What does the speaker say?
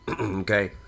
Okay